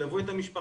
ילוו את המשפחה.